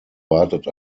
wartet